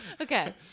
okay